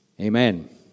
Amen